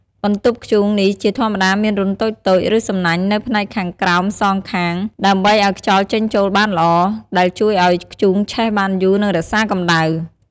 បន្ទប់ធ្យូង នេះជាធម្មតាមានរន្ធតូចៗ ឬសំណាញ់នៅផ្នែកខាងក្រោមសងខាង ដើម្បីឱ្យខ្យល់ចេញចូលបានល្អ ដែលជួយឱ្យធ្យូងឆេះបានយូរ និងរក្សាកម្ដៅ។